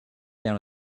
down